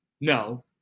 No